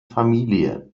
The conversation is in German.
familie